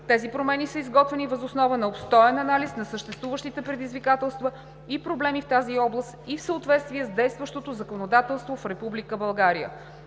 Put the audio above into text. Тези промени са изготвени въз основа на обстоен анализ на съществуващите предизвикателства и проблеми в тази област и в съответствие с действащото законодателство в